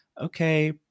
okay